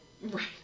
Right